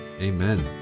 Amen